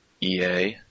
EA